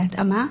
בהתאמה,